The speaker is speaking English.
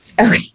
Okay